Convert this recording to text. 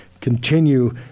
continue